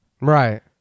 Right